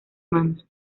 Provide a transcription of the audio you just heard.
manos